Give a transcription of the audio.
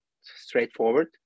straightforward